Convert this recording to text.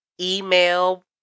email